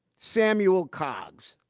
samuel coggs.